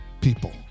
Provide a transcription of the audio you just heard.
people